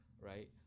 right